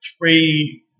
three